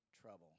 trouble